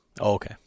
Okay